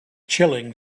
chilling